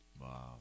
wow